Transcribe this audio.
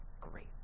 great